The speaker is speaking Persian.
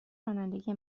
رانندگی